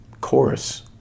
chorus